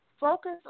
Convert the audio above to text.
Focus